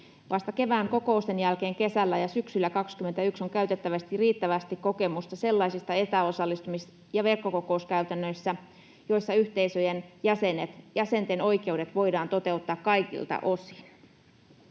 Vasta kevään kokousten jälkeen kesällä ja syksyllä 2021 on käytettävissä riittävästi kokemusta sellaisista etäosallistumis- ja verkkokokouskäytännöistä, joissa yhteisöjen jäsenten oikeudet voidaan toteuttaa kaikilta osin.